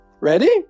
Ready